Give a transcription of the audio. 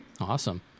Awesome